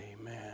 amen